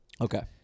Okay